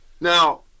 Now